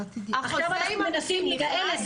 עכשיו אנחנו מנסים לייעל את זה.